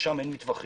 שם אין מטווחים